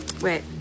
wait